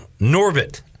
norbit